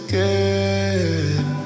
Again